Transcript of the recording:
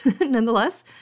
nonetheless